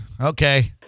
Okay